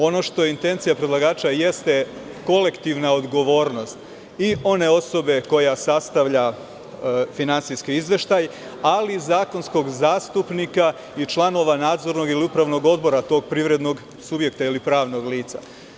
Ono što je intencija predlagača jeste kolektivna odgovornost i one osobe koja sastavlja finansijski izveštaj, ali i zakonskog zastupnika i članova nadzornog ili upravnog odbora tog privrednog subjekta ili pravnog lica.